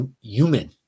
human